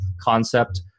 concept